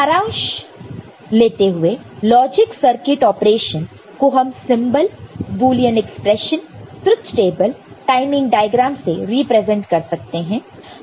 सारांश लेते हुए लॉजिक सर्किट ऑपरेशन को हम symbol Boolean expression truth table timing diagram से रिप्रेजेंट कर सकते हैं